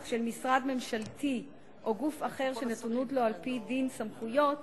של משרד ממשלתי או גוף אחר שנתונות לו על-פי דין סמכויות,